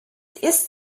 ist